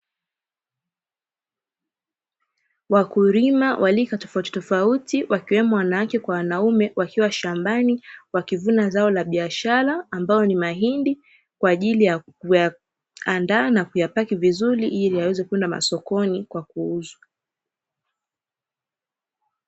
Wakulima wa rika tofautitofauti wakiwemo wanawake kwa wanaume wakiwa shambani, wakivuna zao la biashara ambayo ni mahindi kwa ajili ya kuyaanda na kuyafunga vizuri iliyaweze kwenda masokoni kwa kuuzwa.